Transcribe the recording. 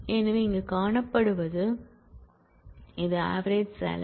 எனவே இங்கே காணப்படுவது இது ஆவரேஜ் சாலரி